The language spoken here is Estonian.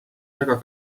väga